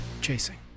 chasing